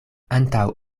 antaŭ